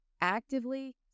Actively